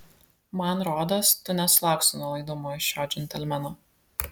man rodos tu nesulauksi nuolaidumo iš šio džentelmeno